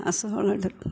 രാസ വളം